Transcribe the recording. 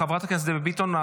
חברת הכנסת דבי ביטון,